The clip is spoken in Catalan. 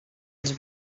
els